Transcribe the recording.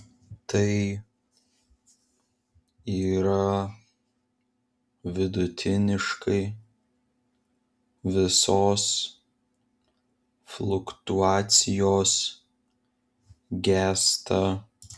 tai yra vidutiniškai visos fluktuacijos gęsta